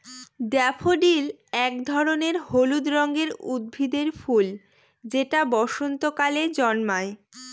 daffodil এক ধরনের হলুদ রঙের উদ্ভিদের ফুল যেটা বসন্তকালে জন্মায়